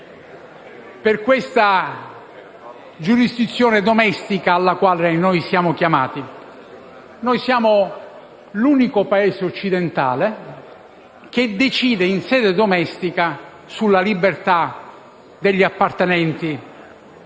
per questa giurisdizione domestica a cui siamo chiamati. Siamo l'unico Paese occidentale che decide in sede domestica sulla libertà degli appartenenti